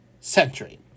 century